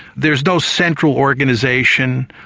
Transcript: there's no central organisation,